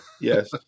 Yes